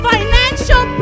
financial